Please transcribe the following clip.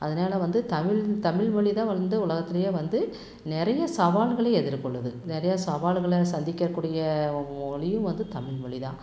அதனால வந்து தமிழ் தமிழ்மொழி தான் வந்து உலகத்திலையே வந்து நிறைய சவால்களையும் எதிர்க்கொள்ளுது நிறையா சவால்களை சந்திக்ககூடிய மொழியும் வந்து தமிழ்மொலி தான்